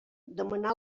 demanà